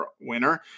winner